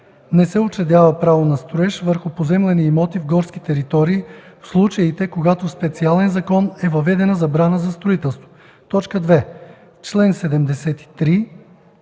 Не се учредява право на строеж върху поземлени имоти в горски територии, в случаите когато в специален закон е въведена забрана за строителство.” 2. В чл.